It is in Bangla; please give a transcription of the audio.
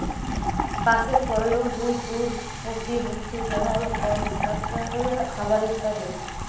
বাঁশের পরয়োগ দূর দূর অব্দি হছে যেমল কলস্ট্রাকশলে, খাবারে ইত্যাদি